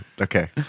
Okay